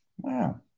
Wow